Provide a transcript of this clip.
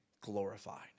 glorified